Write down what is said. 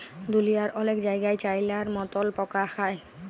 দুঁলিয়ার অলেক জায়গাই চাইলার মতল পকা খায়